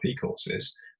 courses